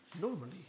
Normally